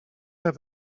have